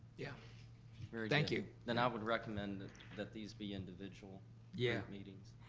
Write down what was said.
yeah thank you, then i would recommend that these be individual yeah. meetings.